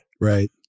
Right